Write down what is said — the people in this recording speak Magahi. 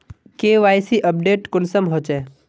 के.वाई.सी अपडेट कुंसम होचे?